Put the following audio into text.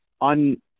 on